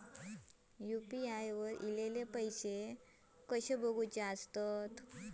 UPI वर ईलेले पैसे कसे बघायचे?